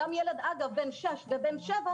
גם ילד בן 6 ובן 7,